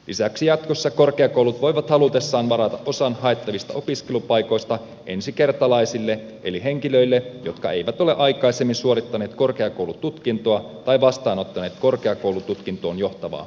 lisäksi jatkossa korkeakoulut voivat halutessaan varata osan haettavista opiskelupaikoista ensikertalaisille eli henkilöille jotka eivät ole aikaisemmin suorittaneet korkeakoulututkintoa tai vastaanottaneet korkeakoulututkintoon johtavaa opiskelupaikkaa